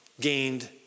gained